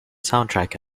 soundtrack